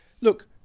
look